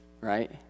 right